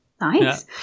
Nice